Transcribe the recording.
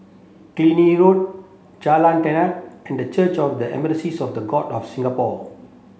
Killiney Road Jalan Tenang and Church of the Assemblies of the God of Singapore